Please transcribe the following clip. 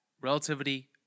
Relativity